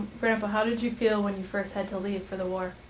grandpa, how did you feel when you first had to leave for the war?